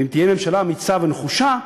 ואם תהיה ממשלה אמיצה ונחושה,